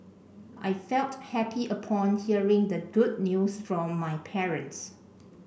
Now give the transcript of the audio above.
I felt happy upon hearing the good news from my parents